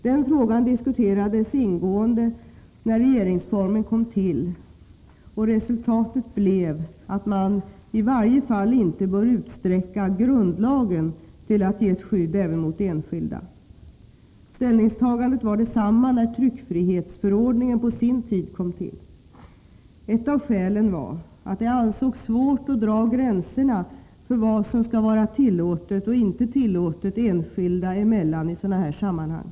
Den frågan diskuterades ingående när regeringsformen kom till, och resultatet blev, att man i varje fall inte bör utsträcka grundlagen till att ge ett skydd även mot enskilda. Ställningstagandet var detsamma när tryckfrihetsförordningen på sin tid kom till. Ett av skälen var att det ansågs svårt att dra gränserna för vad som skall vara tillåtet och inte tillåtet enskilda emellan i sådana här sammanhang.